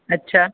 अच्छा